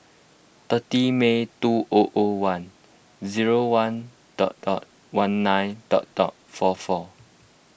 thirty May two o o one zero one dot dot one nine dot dot four four